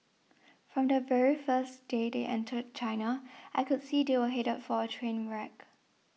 from the very first day they entered China I could see they were headed for a train wreck